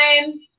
time